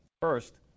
First